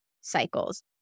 cycles